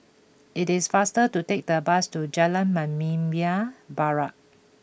it is faster to take the bus to Jalan Membina Barat